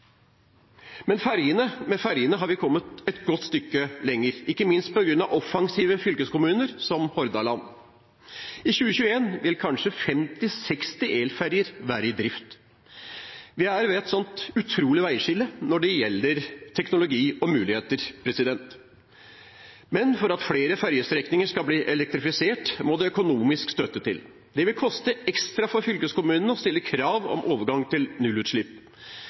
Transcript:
Men for at flere fergestrekninger skal bli elektrifisert, må det økonomisk støtte til. Det vil koste ekstra for fylkeskommunene å stille krav om overgang til nullutslipp.